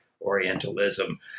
Orientalism